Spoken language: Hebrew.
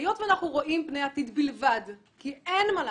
ואנחנו רואים פני עתיד בלבד, כי אין מה לעשות,